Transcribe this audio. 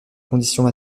conditions